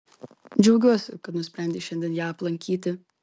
džiaugiuosi kad nusprendei šiandien ją aplankyti